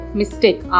mistake